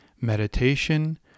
meditation